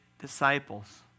disciples